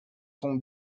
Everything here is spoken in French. sont